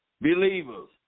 believers